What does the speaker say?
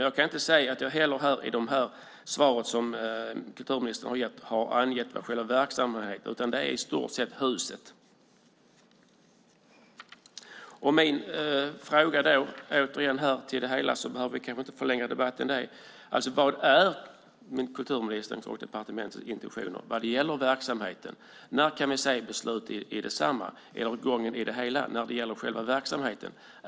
Jag kan inte se i de svar som kulturministern har gett att hon har angett vad själva verksamheten ska vara, utan det gäller i stort sett huset. Vi behöver kanske inte förlänga debatten. Min fråga är återigen: Vad är kulturministerns och departementets intentioner när det gäller verksamheten? När kan vi se beslut när det gäller själva verksamheten?